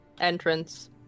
entrance